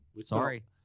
Sorry